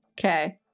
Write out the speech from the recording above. Okay